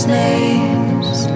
names